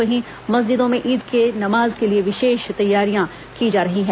वहीं मस्जिदों में ईद की नमाज के लिए विशेष तैयारियां की जा रही हैं